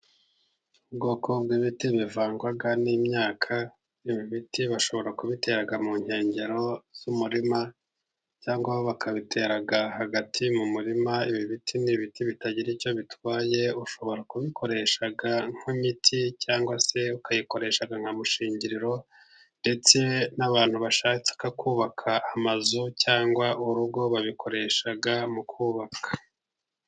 Ubwoko bw'ibiti bivangwa n'imyaka, ibi biti bashobora kubitera mu nkengero z'umurima, cyangwa bakabitera hagati mu murima, ibi biti n'ibiti bitagira icyo bitwaye ushobora kubikoresha nk'imiti, cyangwa se ukabikoresha nka mushingiriro, ndetse n'abantu bashatse kubaka amazu, cyangwa urugo babikoresha mu kubaka.